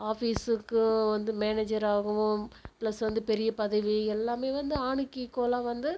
ஆஃபீஸ்ஸுக்கும் வந்து மேனேஜர் ஆகாவும் ப்ளஸ் வந்து பெரிய பதவி எல்லாமே வந்து ஆணுக்கு ஈக்வலாக வந்து